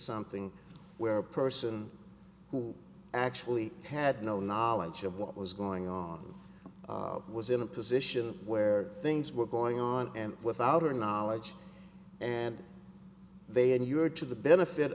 something where a person who actually had no knowledge of what was going on was in a position where things were going on and without her knowledge and they endured to the benefit